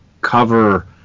cover